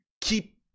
keep